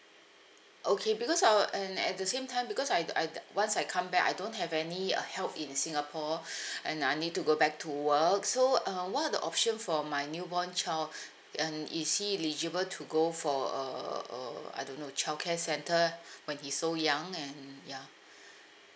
okay because I'll and at the same time because I I once I come back I don't have any uh help in singapore and I need to go back to work so uh what are the option for my new born child um is he eligible to go for a a I don't know childcare centre when he's so young and ya